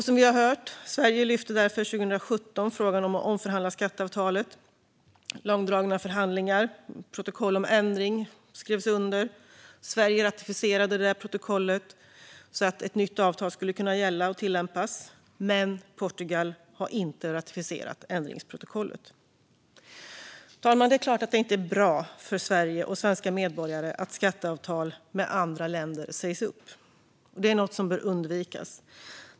Som vi har hört lyfte Sverige därför 2017 frågan om att omförhandla skatteavtalet. Efter långdragna förhandlingar skrevs ett protokoll under om ändring. Sverige ratificerade protokollet så att ett nytt avtal skulle kunna gälla och tillämpas, men Portugal har inte ratificerat ändringsprotokollet. Fru talman! Det är klart att det inte är bra för Sverige och svenska medborgare att skatteavtal med andra länder sägs upp. Det är något som bör undvikas.